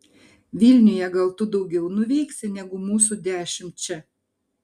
vilniuje gal tu daugiau nuveiksi negu mūsų dešimt čia